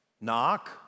Knock